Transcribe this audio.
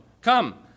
Come